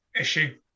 issue